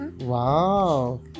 Wow